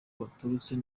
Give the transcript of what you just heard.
baturutse